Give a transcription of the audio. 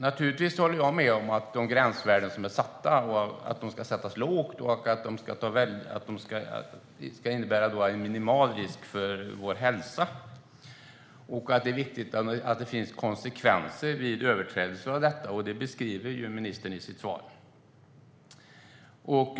Naturligtvis håller jag med om det som ministern säger i sitt svar, att gränsvärdena ska sättas lågt så att det innebär minimal risk för vår hälsa, och att det är viktigt att överträdelser av gränsvärdena får konsekvenser.